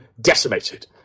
decimated